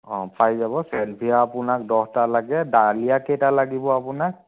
অ' পাই যাব ছেলভিয়া আপোনাক দহটা লাগে ডালিয়া কেইটা লাগিব আপোনাক